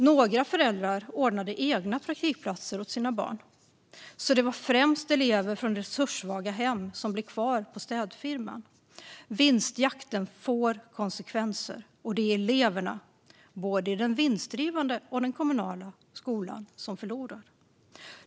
Några föräldrar ordnade egna praktikplatser åt sina barn, och det var främst eleverna från de resurssvaga hemmen som blev kvar på städfirman. Vinstjakten får konsekvenser, och det är eleverna både i den vinstdrivande och i den kommunala skolan som förlorar.